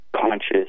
Conscious